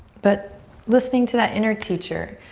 but listening to that inner teacher,